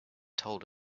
told